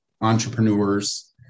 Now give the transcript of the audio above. entrepreneurs